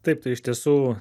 taip tai iš tiesų